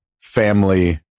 family